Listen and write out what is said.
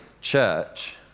church